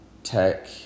Tech